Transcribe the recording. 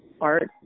art